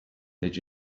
did